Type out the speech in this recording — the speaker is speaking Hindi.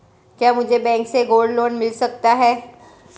क्या मुझे बैंक से गोल्ड लोंन मिल सकता है?